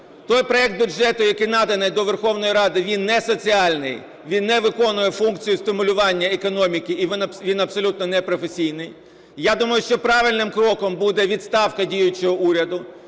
Той проект бюджету, який наданий до Верховної Ради, він не соціальний, він не виконує функцію стимулювання економіки, і він абсолютно непрофесійний. Я думаю, що правильним кроком буде відставка діючого уряду.